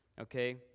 okay